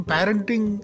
Parenting